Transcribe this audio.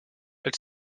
elle